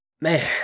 man